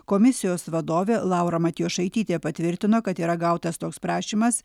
komisijos vadovė laura matjošaitytė patvirtino kad yra gautas toks prašymas